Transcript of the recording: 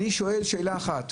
אני שואל שאלה אחת.